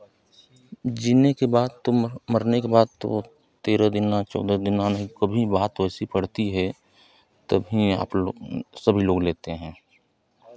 जीने के बाद तो मरने के बाद तो तेरह दिना चौदह दिना अनेको बात वैसी पड़ती है तब ही आप लोग सब लोग लेते हैं